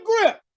grip